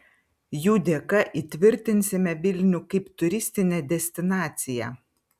jų dėka įtvirtinsime vilnių kaip turistinę destinaciją